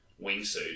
wingsuit